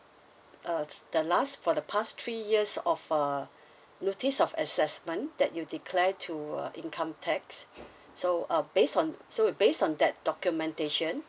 uh the last for the past three years of uh notice of assessment that you declare to uh income tax so um based on so we based on that documentation